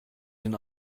den